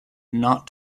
not